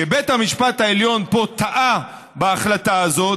בית המשפט העליון פה טעה בהחלטה הזאת.